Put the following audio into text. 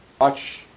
Watch